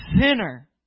sinner